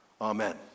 Amen